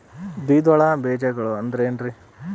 ದ್ವಿದಳ ಬೇಜಗಳು ಅಂದರೇನ್ರಿ?